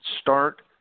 start